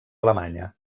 alemanya